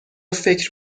فکر